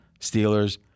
Steelers